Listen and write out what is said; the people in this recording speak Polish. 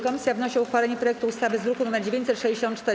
Komisja wnosi o uchwalenie projektu ustawy z druku nr 964.